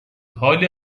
حالی